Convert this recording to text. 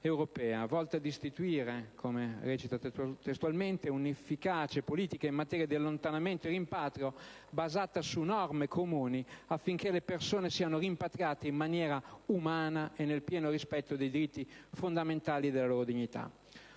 volta ad istituire «un'efficace politica in materia di allontanamento e rimpatrio basata su norme comuni affinché le persone siano rimpatriate in maniera umana e nel pieno rispetto dei diritti fondamentali e della loro dignità».